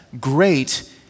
great